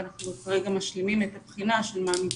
ואנחנו כרגע משלימים את הבחינה של מה ניתן,